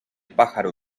pájaro